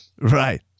Right